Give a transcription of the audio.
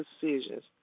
decisions